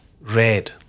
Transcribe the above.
red